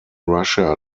russia